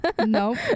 Nope